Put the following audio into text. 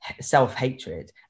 self-hatred